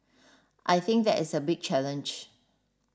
I think that is a big challenge